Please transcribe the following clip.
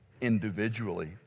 individually